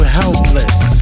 helpless